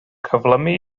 cyflymu